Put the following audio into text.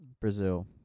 Brazil